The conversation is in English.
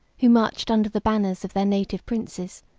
who marched under the banners of their native princes,